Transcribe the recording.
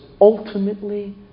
ultimately